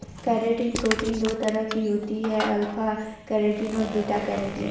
keratin protein दो तरह की होती है अल्फ़ा केरेटिन और बीटा केरेटिन